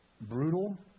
brutal